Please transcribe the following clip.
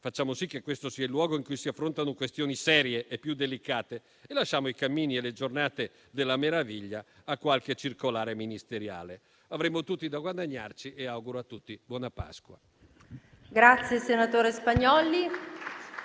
Facciamo sì che questo sia il luogo in cui si affrontano questioni serie e più delicate, e lasciamo i cammini e le giornate della meraviglia a qualche circolare ministeriale. Avremmo tutti da guadagnarci. Auguro a tutti buona Pasqua.